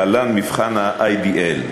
להלן: מבחן ה-ADL,